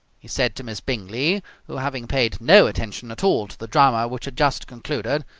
he said to miss bingley who, having paid no attention at all to the drama which had just concluded,